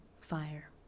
fire